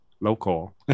local